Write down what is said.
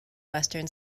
western